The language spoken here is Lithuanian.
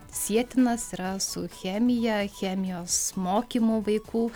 sietinas yra su chemija chemijos mokymu vaikų